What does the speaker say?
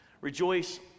rejoice